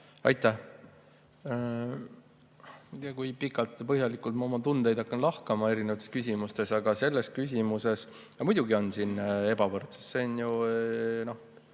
Aitäh! Ma ei tea, kui pikalt ja põhjalikult ma oma tundeid hakkan lahkama erinevates küsimustes, aga selles küsimuses ... No muidugi on siin ebavõrdsust, see on ju